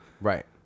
Right